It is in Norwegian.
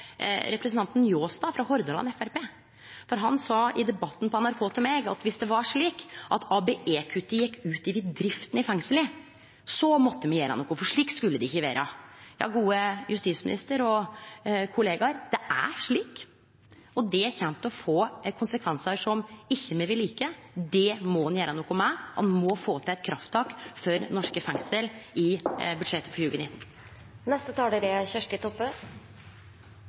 representanten Njåstad frå Hordaland Framstegsparti, for han sa i Debatten på NRK til meg at viss det var slik at ABE-kuttet gjekk ut over drifta i fengsla, måtte me gjere noko, for slik skulle det ikkje vere. Ja, gode justisminister og kollegaer, det er slik, og det kjem til å få konsekvensar som me ikkje vil like. Det må ein gjere noko med, og ein må få til eit krafttak for norske fengsel i budsjettet for